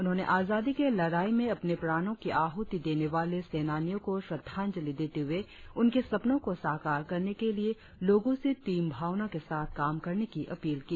उन्होंने आजादी के लड़ाई में अपने प्राणो की आहुति देने वाले सेनानियों को श्रद्धांजलि देते हुए उनके सपनों को साकार करने के लिए लोगों से टीम भावना के साथ काम करने की अपील की